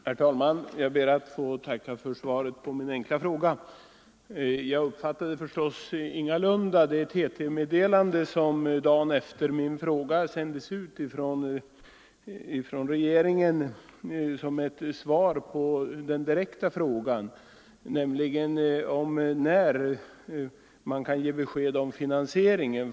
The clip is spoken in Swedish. Herr talman! Jag ber att få tacka för svaret på min enkla fråga. Jag uppfattade förstås ingalunda det TT-meddelande som dagen efter det jag ställde min fråga sändes ut från regeringen som ett svar på den direkta frågan, nämligen när regeringen kan ge besked om finansieringen.